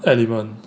element